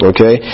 Okay